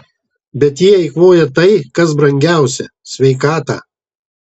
bet jie eikvoja tai kas brangiausia sveikatą